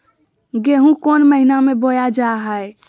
गेहूँ कौन महीना में बोया जा हाय?